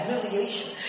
humiliation